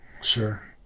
Sure